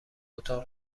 اتاق